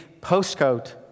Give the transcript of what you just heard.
postcode